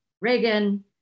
Reagan